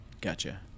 gotcha